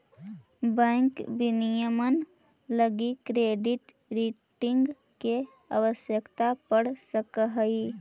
bank विनियमन लगी credit rating के आवश्यकता पड़ सकऽ हइ